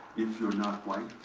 if you're not white,